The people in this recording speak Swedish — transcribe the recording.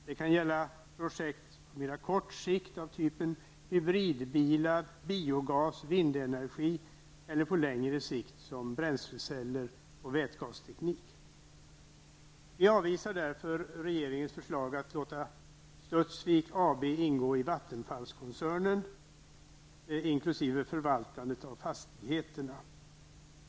Det kan gälla projekt på mer kort sikt av typen hybridbilar, biogas, vindenergi eller på längre sikt, såsom bränsleceller och vätgasteknik. Vi avvisar regeringens förslag att låta Studsvik AB ingå i Vattenfallskoncernen inkl. förvaltandet av fastigheterna.